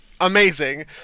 Amazing